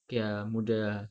okay ah muda ah